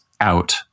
out